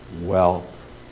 wealth